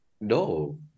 No